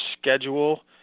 schedule